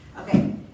Okay